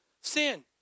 sin